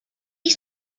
ist